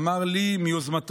שאמר לי מיוזמתו